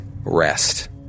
rest